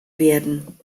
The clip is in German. werden